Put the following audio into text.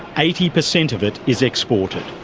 eighty percent of it is exported,